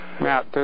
Matt